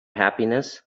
happiness